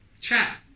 chat